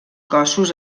cossos